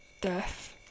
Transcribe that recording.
death